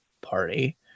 party